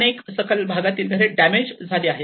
अनेक सखल भागातील घरे डॅमेज झाले आहेत